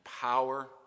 power